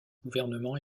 gouvernement